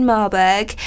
Marburg